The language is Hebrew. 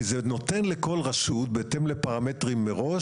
כי זה נותן לכל רשות בהתאם לפרמטרים מראש,